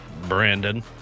Brandon